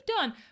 done